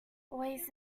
always